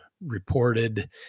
reported